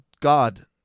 God